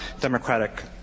democratic